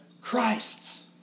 Christ's